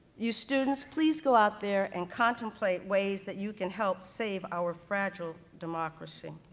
you students, please go out there and contemplate ways that you can help save our fragile democracy.